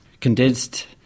condensed